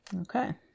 Okay